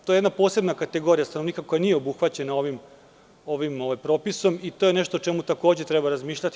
To je jedna posebna kategorija stanovnika koja nije obuhvaćena ovim propisom i to je nešto o čemu treba razmišljati.